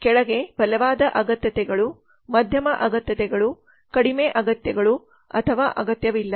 ಆದ್ದರಿಂದ ಕೆಳಗೆ ಬಲವಾದ ಅಗತ್ಯತೆಗಳು ಮಧ್ಯಮ ಅಗತ್ಯಗಳು ಕಡಿಮೆ ಅಗತ್ಯಗಳು ಅಥವಾ ಅಗತ್ಯವಿಲ್ಲ